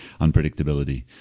unpredictability